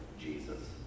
Jesus